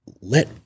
Let